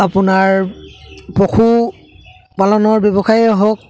আপোনাৰ পশুপালনৰ ব্যৱসায়ে হওক